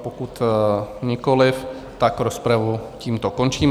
Pokud nikoliv, rozpravu tímto končím.